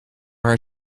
haar